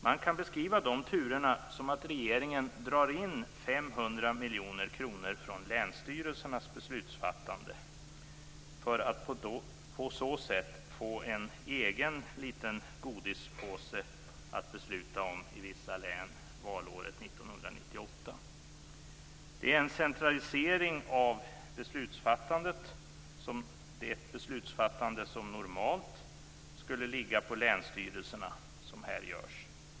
Man kan beskriva dessa turer så att regeringen drar in 500 miljoner kronor från länsstyrelsernas beslutsfattande för att på så sätt få en egen liten godispåse att besluta om i vissa län valåret 1998. Det är en centralisering av det beslutsfattande som normalt skulle ligga på länsstyrelserna som här görs.